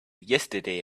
yesterday